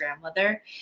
grandmother